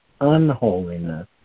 unholiness